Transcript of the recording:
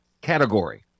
category